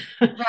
Right